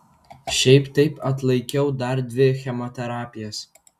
šiaip taip atlaikiau dar dvi chemoterapijas